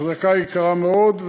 ההחזקה יקרה מאוד,